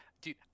dude